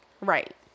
Right